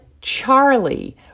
Charlie